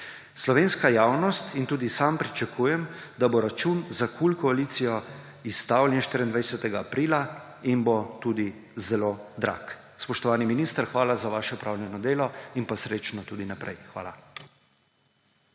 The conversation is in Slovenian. slovenska javnost in tudi sam pričakujem, da bo račun za KUL koalicijo izstavljen 24. aprila in bo tudi zelo drag. Spoštovani minister, hvala za vaše opravljeno delo in pa srečno tudi naprej. Hvala.